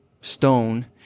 stone